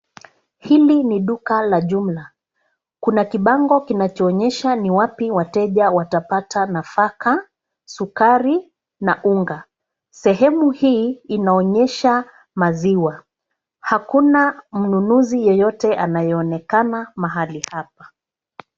Hili ni duka la jumla. Kuna kibango kinachoonyesha ni wapi wateja watapata nafaka, sukari na unga. Sehemu hii inaonyesha maziwa. Hakuna mnunuzi yeyote anayeonekana mahali hapa.